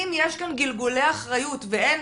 אם יש כאן גלגולי אחריות ואין